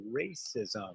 racism